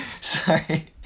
Sorry